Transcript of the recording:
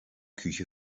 küche